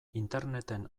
interneten